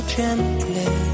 gently